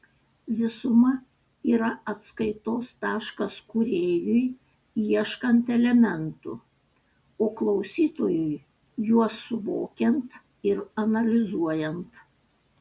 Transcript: visuma yra atskaitos taškas kūrėjui ieškant elementų o klausytojui juos suvokiant ir analizuojant